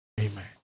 Amen